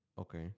Okay